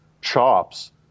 chops